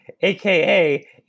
AKA